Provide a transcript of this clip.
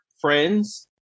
friends